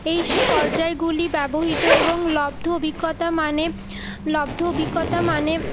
এই পর্যায়গুলি ব্যবহৃত এবং লব্ধ অভিজ্ঞতা মানে লব্ধ অভিজ্ঞতা মানে